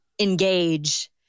engage